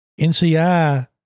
NCI